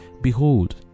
Behold